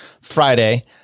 Friday